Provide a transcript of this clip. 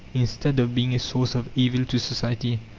instead of being a source of evil to society.